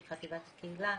של חטיבת הקהילה,